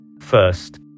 First